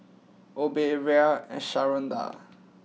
Obe Rhea and Sharonda